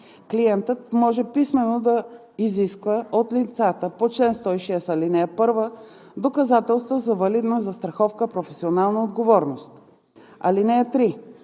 Клиентът може писмено да изисква от лицата по чл. 106, ал. 1 доказателства за валидна застраховка „Професионална отговорност“. (3)